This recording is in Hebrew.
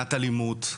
מניעת אלימות,